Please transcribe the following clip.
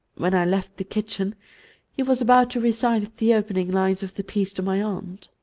when i left the kitchen he was about to recite the opening lines of the piece to my aunt.